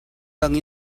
dang